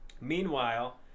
Meanwhile